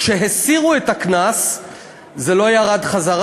כשהסירו את הקנס זה לא ירד בחזרה,